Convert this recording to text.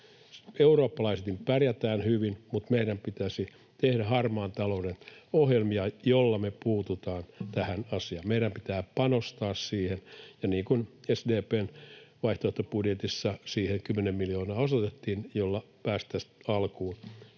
Eurooppalaisittain pärjätään hyvin, mutta meidän pitäisi tehdä harmaan talouden ohjelmia, joilla me puututaan tähän asiaan. Meidän pitää panostaa siihen, ja SDP:n vaihtoehtobudjetissa siihen 10 miljoonaa osoitettiin, jolla päästäisiin alkuun.